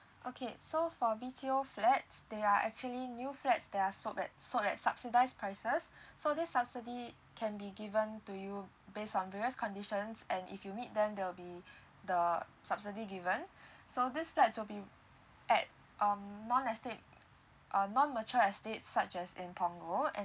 okay so for B_T_O flats they are actually new flats that are sort that sort that subsidise prices so this subsidy can be given to you based on various conditions and if you meet them there will be the subsidy given so this flat will be at um non estate uh non mature estate such as in punggol and